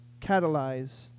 catalyze